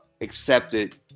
accepted